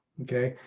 okay.